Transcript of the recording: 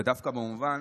ודווקא במובן,